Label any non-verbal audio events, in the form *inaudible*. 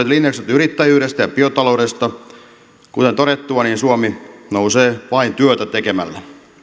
*unintelligible* linjaukset yrittäjyydestä ja biotaloudesta kuten todettua suomi nousee vain työtä tekemällä